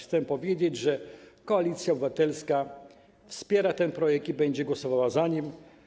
Chcę powiedzieć, że Koalicja Obywatelska wspiera ten projekt i będzie głosowała za nim.